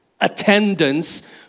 attendance